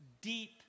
deep